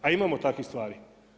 A imamo takvih stvari.